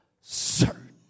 certain